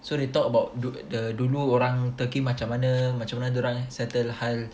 so they talk about du~ the dulu orang Turkey macam mana macam mana dorang settle hal